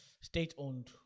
state-owned